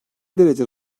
derece